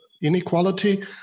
inequality